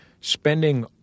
spending